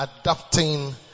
adapting